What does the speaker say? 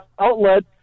outlet